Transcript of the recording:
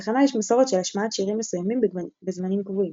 לתחנה יש מסורת של השמעת שירים מסוימים בזמנים קבועים